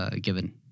given